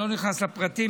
אני לא נכנס לפרטים,